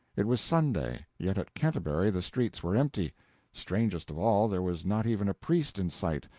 it was sunday yet at canterbury the streets were empty strangest of all, there was not even a priest in sight,